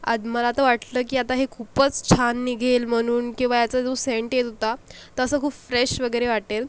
आद मला तर वाटलं की आता हे खूपच छान निघेल म्हणून किंवा याचा जो सेंट येत होता तसं खूप फ्रेश वगैरे वाटेल